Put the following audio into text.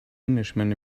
englishman